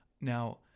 now